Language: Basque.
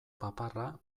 paparra